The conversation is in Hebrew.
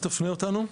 תפנה אותנו.